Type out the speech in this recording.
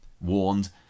warned